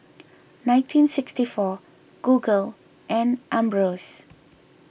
nineteen sixty four Google and Ambros